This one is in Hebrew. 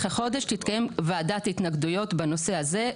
החודש תתקיים ועדת התנגדויות בנושא הזה,